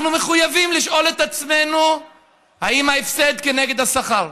אנחנו מחויבים לשאול את עצמנו אם ההפסד כנגד השכר.